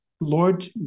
Lord